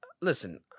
listen